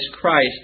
Christ